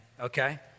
okay